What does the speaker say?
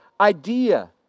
idea